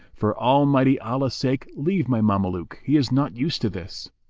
for almighty allah's sake leave my mameluke he is not used to this.